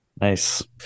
nice